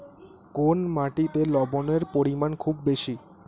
কোন মাটিতে লবণের পরিমাণ খুব বেশি?